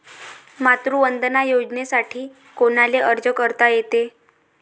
मातृवंदना योजनेसाठी कोनाले अर्ज करता येते?